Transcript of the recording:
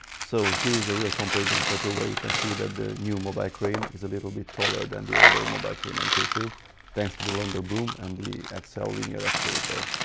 so here is a real comparison photo where you can see that the new mobile crane is a little bit taller than the older mobile crane m k two thanks to the longer boom and the xl ah linear actuator,